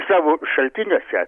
savo šaltiniuose